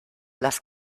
las